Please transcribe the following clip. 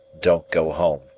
don't-go-home